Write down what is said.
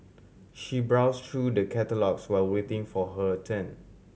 she browse through the catalogues while waiting for her turn